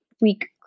week